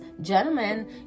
Gentlemen